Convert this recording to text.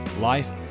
life